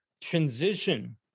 transition